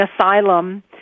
asylum